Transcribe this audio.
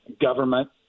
government